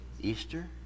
Easter